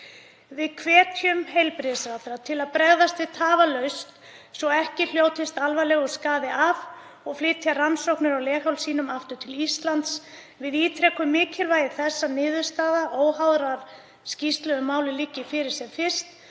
Við hvetjum heilbrigðisráðherra til að bregðast við tafarlaust svo ekki hljótist alvarlegur skaði af, og flytja rannsóknir á leghálssýnum aftur til Íslands. Við ítrekum mikilvægi þess að niðurstaða óháðrar skýrslu um málið liggi fyrir sem fyrst.